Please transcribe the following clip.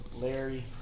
Larry